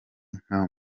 nka